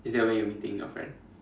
is that where you meeting your friend